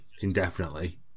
indefinitely